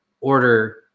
order